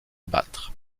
battre